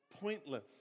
pointless